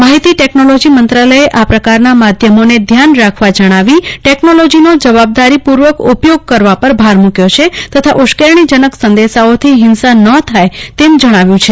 માહિતી ટેકનોલોજી મંત્રાલયે આ પ્રકારના માધ્યમોને ધ્યાન રાખવા જજાવી ટેકનોલોજીનો જવાબદારીપુર્વક ઉપયોગ કરવા પર ભાર મુકયો છે તથા ઉશ્કેરણીજનક સંદેશાઓથી હિંસા ન થાય તેમ જજ્ઞાવ્યું છે